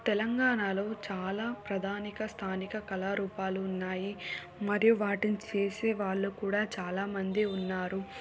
తెలంగాణలో చాలా ప్రధానిక స్థానిక కళారూపాలు ఉన్నాయి మరియు వాటిని చేసే వాళ్ళు కూడా చాలా మంది ఉన్నారు